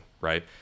right